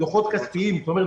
זאת אומרת,